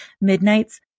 Midnight's